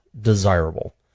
desirable